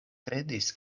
kredis